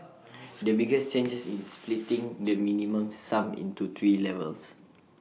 the biggest change is splitting the minimum sum into three levels